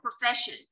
profession